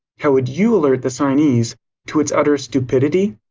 how would you alert the signees to its utter stupidity?